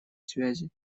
связи